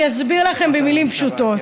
אני אסביר לכם במילים פשוטות.